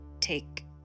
take